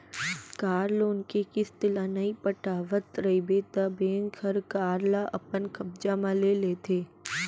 car loan के किस्त ल नइ पटावत रइबे त बेंक हर कार ल अपन कब्जा म ले लेथे